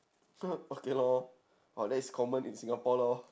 okay lor or that is common in singapore lor